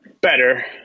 Better